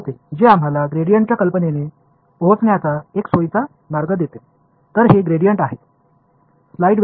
இது செயின் ரூல்யைப் பற்றியது இது கிரேடியன்ட் ஐ கண்டுபிடிக்க மிகவும் சுலபமான யோசனையை நமக்கு கொடுத்தது இது தான் கிரேடியன்ட் ஆகும்